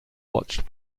watched